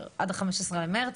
עד ה-15 למרץ.